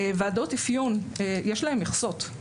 לוועדות אפיון יש מכסות.